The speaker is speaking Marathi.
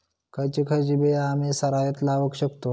खयची खयची बिया आम्ही सरायत लावक शकतु?